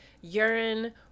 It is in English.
urine